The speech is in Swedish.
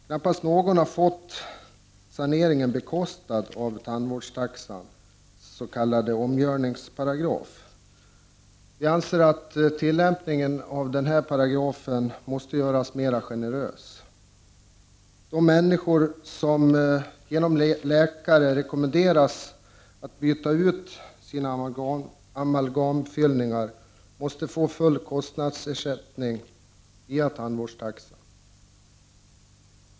Knappast någon av dem har fått saneringen bekostad av tandvårdsförsäkringens s.k. omgöringsparagraf. Vi anser att tillämpningen av den här paragrafen måste göras mer generös. De människor som av läkare rekommenderas att byta ut sina amalgamfyllningar måste få full kostnadsersättning via tandvårdsförsäkringen.